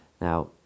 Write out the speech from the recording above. Now